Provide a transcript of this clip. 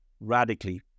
radically